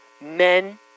men